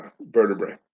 vertebrae